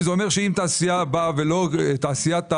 תעשיית הרמקולים,